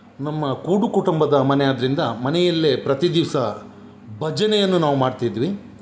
ನಮ್ಮ ಕೂಡು ಕುಟುಂಬದ ಮನೆ ಆದ್ದರಿಂದ ಮನೆಯಲ್ಲೇ ಪ್ರತಿ ದಿವಸ ಭಜನೆಯನ್ನು ನಾವು ಮಾಡ್ತಿದ್ವಿ